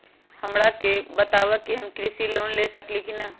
हमरा के बताव कि हम कृषि लोन ले सकेली की न?